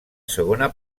segona